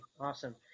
Awesome